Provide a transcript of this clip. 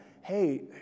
hey